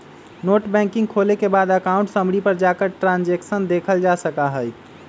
net banking खोले के बाद अकाउंट समरी पर जाकर ट्रांसैक्शन देखलजा सका हई